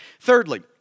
Thirdly